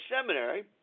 seminary